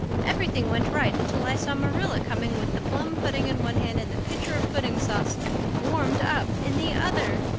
everything went right until i saw marilla coming with the plum pudding in one hand and the pitcher of pudding sauce warmed up, in the other.